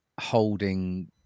holding